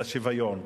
לשוויון.